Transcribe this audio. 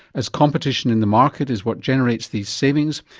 as competition in the market is what generates these savings,